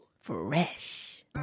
Fresh